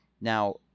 Now